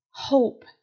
Hope